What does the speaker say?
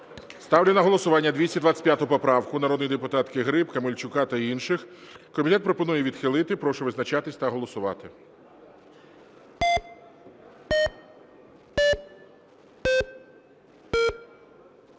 Ставлю на голосування 225 поправку народної депутатки Гриб, Камельчука та інших. Комітет пропонує відхилити. Прошу визначатися та голосувати.